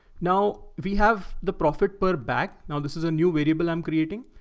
now we have the profit per bag. now this is a new variable i'm creating.